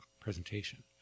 presentation